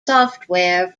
software